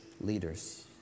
leaders